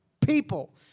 people